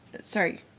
sorry